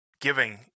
giving